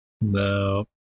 no